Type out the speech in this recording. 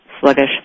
sluggish